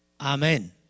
Amen